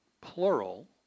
plural